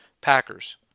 Packers